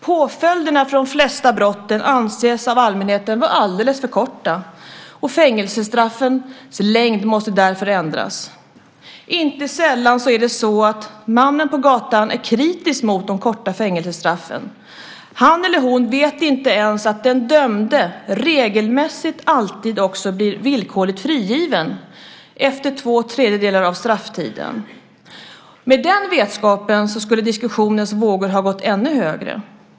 Påföljderna för de flesta brotten anses av allmänheten vara alldeles för milda och straffen för korta, och fängelsestraffens längd måste därför ändras. Inte sällan är mannen på gatan kritisk mot de korta fängelsestraffen. Han eller hon vet inte ens att den dömde regelmässigt också blir villkorligt frigiven efter två tredjedelar av strafftiden. Med den vetskapen skulle diskussionens vågor ha gått ännu högre!